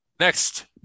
Next